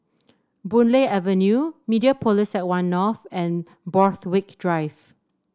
Boon Lay Avenue Mediapolis at One North and Borthwick Drive